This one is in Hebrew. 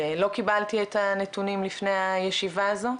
לא קיבלתי את הנתונים לפני הישיבה הזו,